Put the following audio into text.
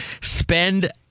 spend